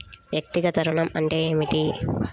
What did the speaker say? వ్యక్తిగత ఋణం అంటే ఏమిటి?